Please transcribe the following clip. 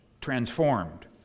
transformed